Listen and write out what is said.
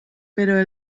però